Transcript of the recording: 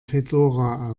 fedora